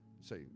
Say